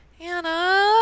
Anna